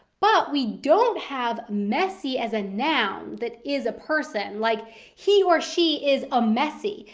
but we don't have messie as a noun that is a person. like he or she is a messie.